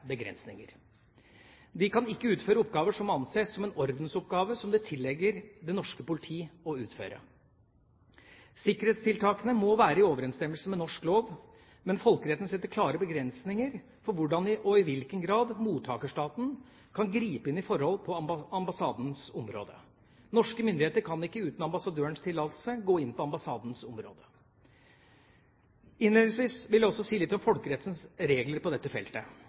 begrensninger. De kan ikke utføre oppgaver som anses som en ordensoppgave som det tilligger det norske politi å utføre. Sikkerhetstiltakene må være i overensstemmelse med norsk lov, men folkeretten setter klare begrensninger for hvordan og i hvilken grad mottakerstaten kan gripe inn i forhold på ambassadens område. Norske myndigheter kan ikke uten ambassadørens tillatelse gå inn på ambassadens område. Innledningsvis vil jeg også si litt om folkerettens regler på dette feltet.